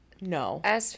No